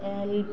L